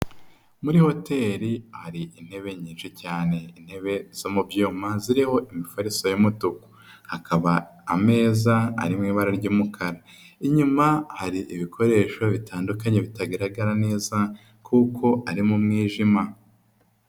Muri hoteri hari intebe nyinshi cyane ,intebe zo mu byuma ziriho imifariso y'umutuku ,hakaba ameza ari mu ibara ry'umukara, inyuma hari ibikoresho bitandukanye bitagaragara neza, kuko ari mu mwijima.